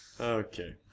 Okay